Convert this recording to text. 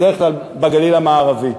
בדרך כלל בגליל המערבי.